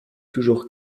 toujours